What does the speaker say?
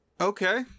Okay